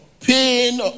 pain